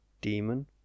demon